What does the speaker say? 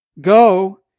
go